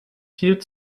viel